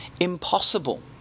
impossible